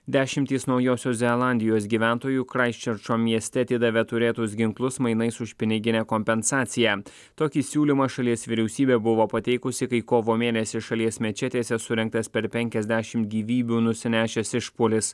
dešimtys naujosios zelandijos gyventojų kraiščerčo mieste atidavė turėtus ginklus mainais už piniginę kompensaciją tokį siūlymą šalies vyriausybė buvo pateikusi kai kovo mėnesį šalies mečetėse surengtas per penkiasdešim gyvybių nusinešęs išpuolis